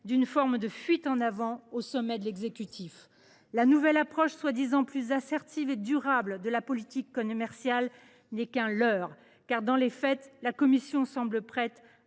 d’une forme de fuite en avant au sommet de l’exécutif. La nouvelle approche, prétendument plus assertive et durable de la politique commerciale, n’est qu’un leurre, car, dans les faits, la Commission européenne